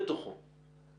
עסקנו בנושא מכל האמוניה,